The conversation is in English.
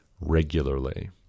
regularly